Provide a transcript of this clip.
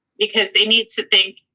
because they need to think,